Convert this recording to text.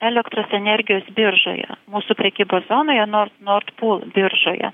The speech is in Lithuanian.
elektros energijos biržoje mūsų prekybos zonoje nord nord pool biržoje